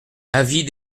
avis